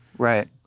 Right